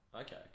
Okay